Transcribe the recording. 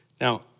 Now